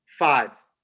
Five